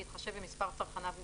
בהתחשב במספר צרכניו ובסוגיהם.